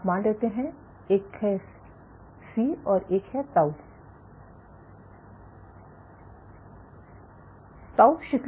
आप 2 मान लेते हैं एक है C और एक है ताऊ τ